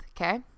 okay